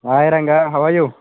hi Ranga how are you